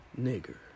nigger